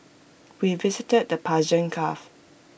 we visited the Persian gulf